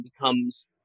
becomes